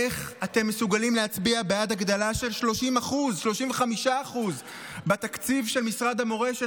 איך אתם מסוגלים להצביע בעד הגדלה של 35% בתקציב של משרד המורשת?